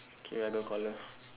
okay I go call her